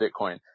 Bitcoin